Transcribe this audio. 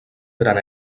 gran